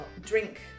drink